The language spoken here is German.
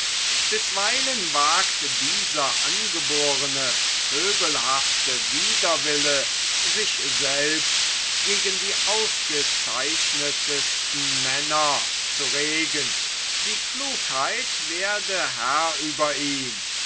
bisweilen wagt dieser angeborene pöbelhafte widerwille sich selbst gegen die ausgezeichnetesten männer zu regen die klugheit werde herr über ihn